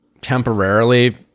temporarily